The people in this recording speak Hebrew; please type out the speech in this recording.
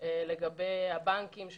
לגבי הבנקים,